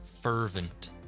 fervent